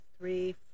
three